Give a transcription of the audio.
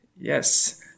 Yes